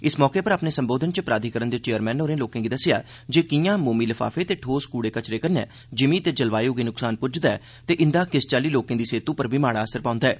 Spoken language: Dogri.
इस मौके उप्पर अपने संबोधन च प्राधिकरण दे चेयरमैन होरें लोकें गी दस्सेआ जे किआं मोमी लफाफें ते ठोस कूड़े कर्कट कन्नै जिमीं ते जलवायु गी नुक्सान पुज्जदा ऐ ते इंदा किस चाल्ली लोकें दी सेहतु पर बी माड़ा असर पौंदा ऐ